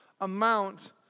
amount